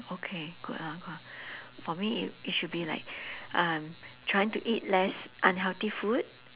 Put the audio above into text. okay good hor for me it it should be like um trying to eat less unhealthy food